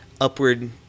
upward